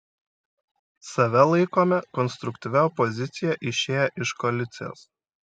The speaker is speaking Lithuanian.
save laikome konstruktyvia opozicija išėję iš koalicijos